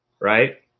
right